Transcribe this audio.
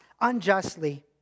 unjustly